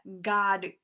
God